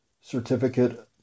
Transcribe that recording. certificate